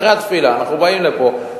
אחרי התפילה אנחנו באים לפה,